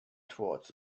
towards